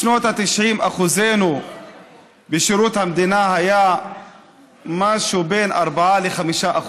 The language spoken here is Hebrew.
בשנות ה-90 אחוזנו בשירות המדינה היה משהו בין 4% ל-5%,